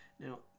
Now